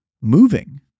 moving